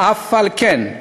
ואף-על-פי-כן,